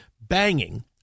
banging